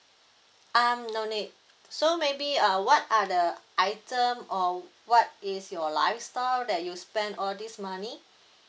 um no need so maybe uh what are the item or what is your lifestyle that you spend all this money